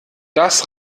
das